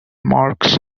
marks